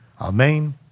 Amen